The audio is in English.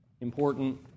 important